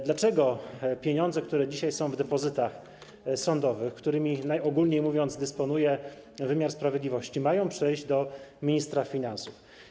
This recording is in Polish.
Dlaczego pieniądze, które dzisiaj są w depozytach sądowych, którymi, najogólniej mówiąc, dysponuje wymiar sprawiedliwości, mają przejść do ministra finansów?